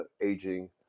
aging